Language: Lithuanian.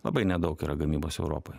labai nedaug yra gamybos europoj